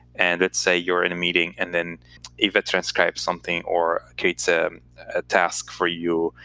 and let's say you're in a meeting, and then eva transcribes something or creates ah a task for you,